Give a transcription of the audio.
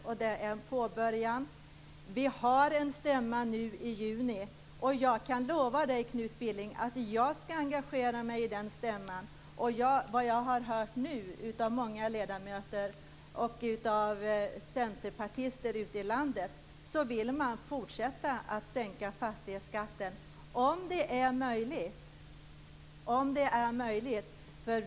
Vi skall ha en stämma i juni. Jag kan lova Knut Billing att jag skall engagera mig i stämman. Jag har hört från många ledamöter och centerpartister i landet att de vill fortsätta att driva frågan om en sänkning av fastighetsskatten - om det är möjligt.